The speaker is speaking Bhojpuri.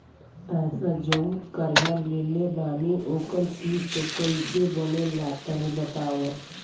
पैसा जऊन कर्जा लेले बानी ओकर किश्त कइसे बनेला तनी बताव?